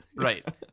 Right